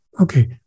Okay